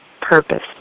purpose